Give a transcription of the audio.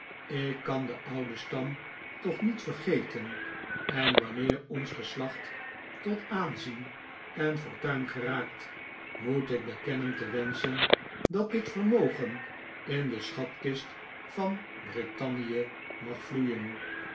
ik kan den ouden stam toch niet vergeten en wanneer ons geslacht tot aanzien eh fortuin geraakt moet ik bekennen te wenschen dat dit vermogen in de schatkist van britannia mag vloeien